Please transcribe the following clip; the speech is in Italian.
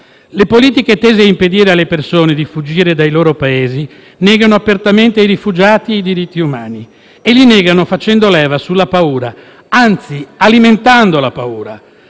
Le politiche tese a impedire alle persone di fuggire dai loro Paesi negano apertamente ai rifugiati i diritti umani, e li negano facendo leva sulla paura, anzi, alimentando la paura: